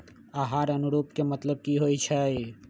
आहार अनुपूरक के मतलब की होइ छई?